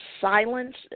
silence